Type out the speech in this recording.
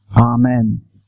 Amen